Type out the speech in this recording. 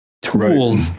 tools